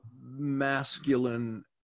masculine